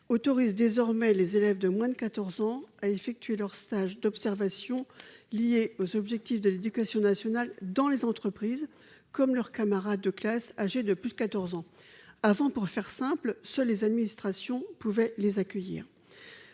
autorise désormais ces élèves à effectuer leur stage d'observation, lié aux objectifs de l'éducation nationale dans les entreprises, comme leurs camarades de classe âgés de plus de 14 ans. Auparavant, pour faire simple, seules les administrations pouvaient les accueillir.